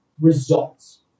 results